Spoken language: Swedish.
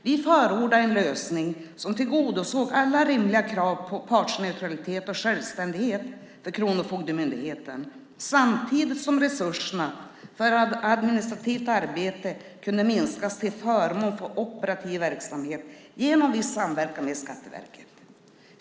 Vi förordade en lösning som tillgodosåg alla rimliga krav på partsneutralitet och självständighet för Kronofogdemyndigheten samtidigt som resurserna för administrativt arbete kunde minskas till förmån för operativ verksamhet genom viss samverkan med Skatteverket.